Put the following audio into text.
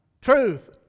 truth